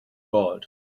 gold